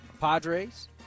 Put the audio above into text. Padres